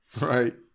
right